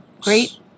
great